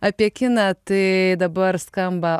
apie kiną tai dabar skamba